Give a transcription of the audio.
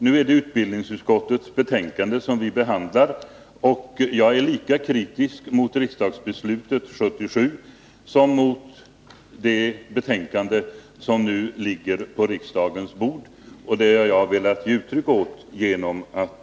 Nu är det utbildningsutskottets betänkande som vi behandlar, och jag är lika kritisk mot riksdagsbeslutet 1977 som mot det betänkande som nu ligger på riksdagens bord. Detta har jag velat ge uttryck åt.